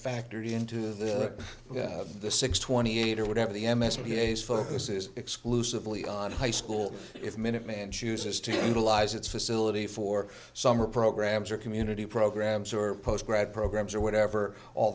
factored into the the six twenty eight or whatever the m s p is for this is exclusively on high school if minuteman chooses to utilize its facility for summer programs or community programs or post grad programs or whatever all